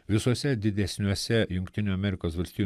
visuose didesniuose jungtinių amerikos valstijų